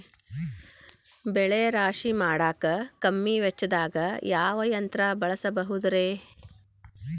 ಬೆಳೆ ರಾಶಿ ಮಾಡಾಕ ಕಮ್ಮಿ ವೆಚ್ಚದಾಗ ಯಾವ ಯಂತ್ರ ಬಳಸಬಹುದುರೇ?